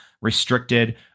restricted